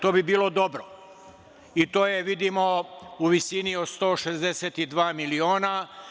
To bi bilo dobro i to je, vidimo, u visini od 162 miliona.